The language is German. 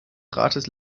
rates